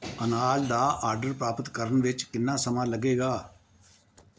ਅਨਾਜ ਦਾ ਆਰਡਰ ਪ੍ਰਾਪਤ ਕਰਨ ਵਿੱਚ ਕਿੰਨਾ ਸਮਾਂ ਲੱਗੇਗਾ